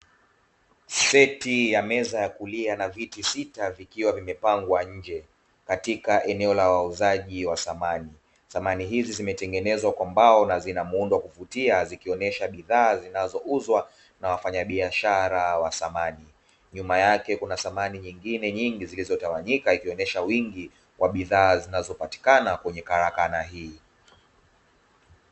Seti ya meza ya kulia na viti sita vikiwa vimepangwa nje, katika eneo la wauzaji wa samani. Samani hizi zimetengenezwa kwa mbao na zina muundo wa kuvutia zikionesha bidhaa zinazouzwa na wafanyabiashara wa samani. Nyuma yake kuna samani nyingine nyingi zilizotawanyika ikionesha wingi wa bidhaa zinazopatikana kwenye karakana hii.